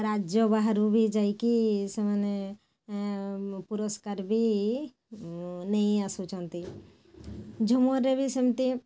ରାଜ୍ୟ ବାହାରୁ ବି ଯାଇକି ସେମାନେ ପୁରସ୍କାର ବି ନେଇ ଆସୁଛନ୍ତି ଝୁମର୍ରେ ବି ସେମିତି